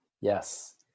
Yes